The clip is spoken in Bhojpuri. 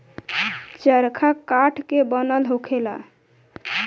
चरखा काठ के बनल होखेला